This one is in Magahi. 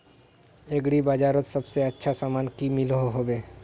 एग्री बजारोत सबसे अच्छा सामान की मिलोहो होबे?